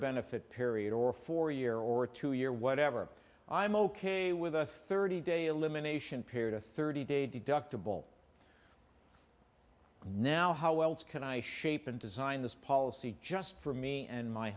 benefit period or four year or two year whatever i'm ok with a thirty day elimination period a thirty day deductible now how else can i shape and design this policy just for me and my